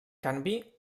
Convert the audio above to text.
canvi